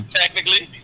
technically